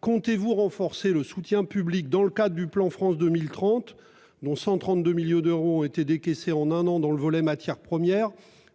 Comptez-vous renforcer le soutien public dans le cadre du plan France 2030, dont 132 millions d'euros ont été décaissés en un an dans le volet matières premières